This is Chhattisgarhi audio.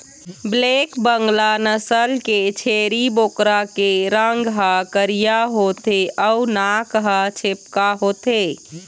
ब्लैक बंगाल नसल के छेरी बोकरा के रंग ह करिया होथे अउ नाक ह छेपका होथे